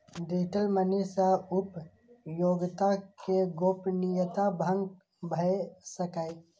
digital money सं उपयोगकर्ता के गोपनीयता भंग भए सकैए